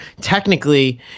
technically